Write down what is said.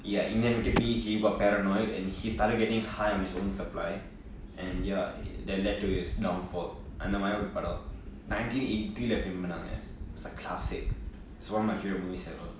ya inevitably he got paranoid and he started getting high on his own supply and ya that led to his downfall அந்த மாதிரி:antha maathiri oru padam nineteen eighty three film பன்னாங்க:pannanga is a classic is one of my favorite movies ever